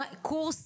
קורס